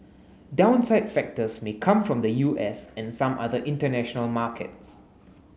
downside factors may come from the U S and some other international markets